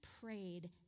prayed